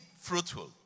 fruitful